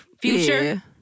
Future